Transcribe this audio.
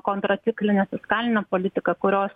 kontracikline fiskaline politika kurios